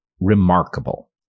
remarkable